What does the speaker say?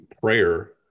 prayer